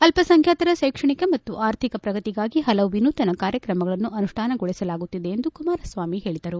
ಅಲ್ಪಸಂಖ್ಯಾತರ ಶೈಕ್ಷಣಿಕ ಮತ್ತು ಅರ್ಥಿಕ ಪ್ರಗತಿಗಾಗಿ ಪಲವು ವಿನೂತನ ಕಾರ್ಯಕ್ರಮಗಳನ್ನು ಅನುಷ್ಟಾನಗೊಳಿಸಲಾಗುತ್ತಿದೆ ಎಂದು ಕುಮಾರಸ್ವಾಮಿ ಹೇಳಿದರು